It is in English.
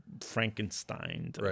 Frankenstein